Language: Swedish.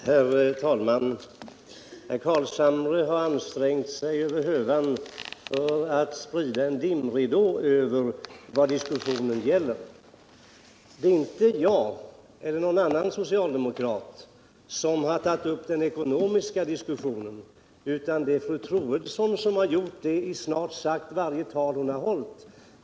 Herr talman! Herr Carlshamre har ansträngt sig över hövan för att sprida en dimridå över vad diskussionen gäller. Det är inte jag eller någon annan socialdemokrat som har tagit upp den ekonomiska diskussionen, utan det är fru Troedsson som har gjort det i snart sagt varje tal hon har hållit.